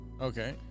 Okay